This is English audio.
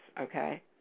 okay